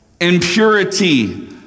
impurity